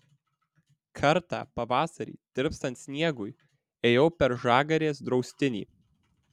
kartą pavasarį tirpstant sniegui ėjau per žagarės draustinį